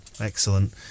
Excellent